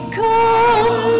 come